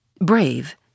brave